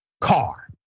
car